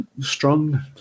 strong